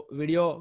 video